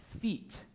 feet